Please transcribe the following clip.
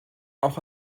auch